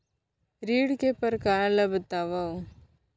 ऋण के परकार ल बतावव?